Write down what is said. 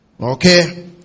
Okay